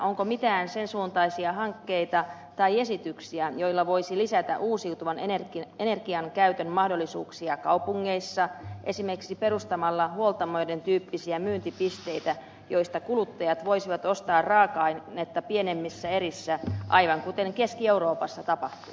onko mitään sen suuntaisia hankkeita tai esityksiä joilla voisi lisätä uusiutuvan energian käytön mahdollisuuksia kaupungeissa esimerkiksi perustamalla huoltamoiden tyyppisiä myyntipisteitä joista kuluttajat voisivat ostaa raaka ainetta pienemmissä erissä aivan kuten keski euroopassa tapahtuu